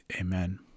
amen